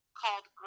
called